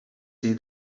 see